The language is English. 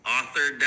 Author